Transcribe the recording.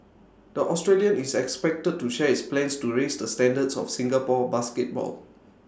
the Australian is expected to share his plans to raise the standards of Singapore basketball